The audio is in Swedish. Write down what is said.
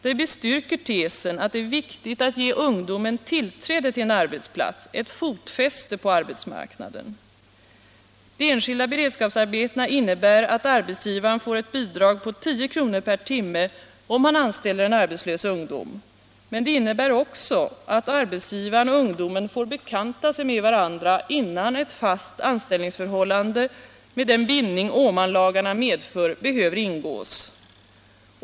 Detta bestyrker tesen att det är viktigt att ge ungdomen tillträde till en arbetsplats, ett fotfäste på arbetsmarknaden. De enskilda beredskapsarbetena innebär att arbetsgivaren får ett bidrag på 10 kr. per timme, om han anställer en arbetslös ungdom. Men de innebär också att arbetsgivaren och ungdomen får bekanta sig med varandra innan ett fast anställningsförhållande med den bindning Åmanlagarna medför behöver ingås.